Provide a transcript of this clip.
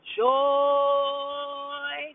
joy